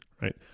right